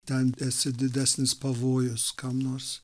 ten esi didesnis pavojus skanus